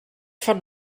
von